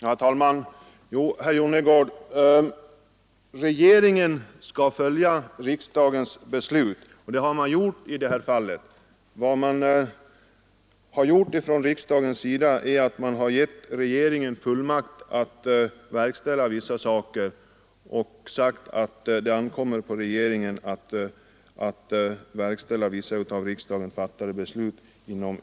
Herr talman! Jo, herr Jonnergård, regeringen skall följa riksdagens beslut, och det har den gjort i det här fallet. Vad riksdagen har gjort är att den givit regeringen fullmakt att inom vissa ramar verkställa vissa av riksdagen fattade beslut.